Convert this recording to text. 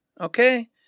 Okay